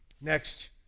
Next